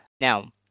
Now